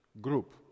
group